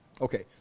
Okay